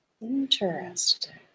Interesting